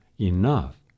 enough